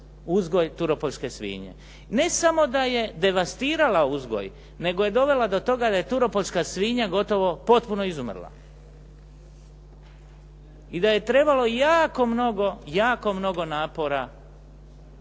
uzgoj turopoljske svinje. Ne samo da je devastirala uzgoj, nego je dovela do toga da je turopoljska svinja gotovo potpuno izumrla i da je trebalo jako mnogo, jako mnogo napora